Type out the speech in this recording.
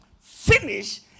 finish